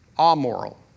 amoral